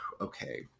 okay